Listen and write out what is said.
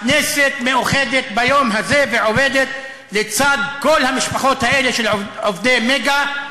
הכנסת מאוחדת ביום הזה ועומדת לצד כל המשפחות האלה של עובדי "מגה".